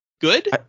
good